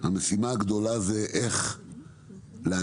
שהמשימה הגדולה היא איך להנגיש,